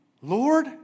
Lord